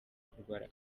kurwara